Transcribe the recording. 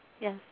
Yes